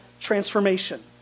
transformation